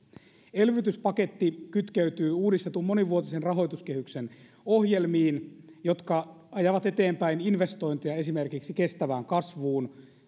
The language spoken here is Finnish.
elvytyspaketti kytkeytyy uudistetun monivuotisen rahoituskehyksen ohjelmiin jotka ajavat eteenpäin investointeja esimerkiksi kestävään kasvuun